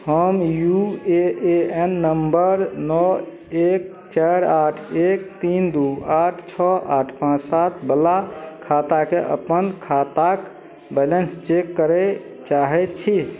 हम U A N number नओ एक चारि आठ एक तीन दुइ आठ छओ आठ पाँच सातवला खाताके अपन खाताके बैलेन्स चेक करै चाहै छी